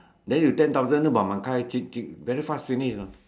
then you ten thousand hokkien very fast finish you know